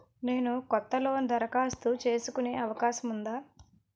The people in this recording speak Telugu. నేను కొత్త లోన్ దరఖాస్తు చేసుకునే అవకాశం ఉందా?